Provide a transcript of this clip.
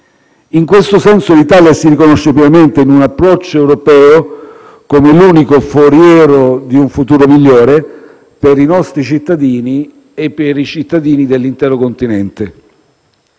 In questo senso l'Italia si riconosce pienamente in un approccio europeo, come l'unico foriero di un futuro migliore per i nostri cittadini e per i cittadini dell'intero continente.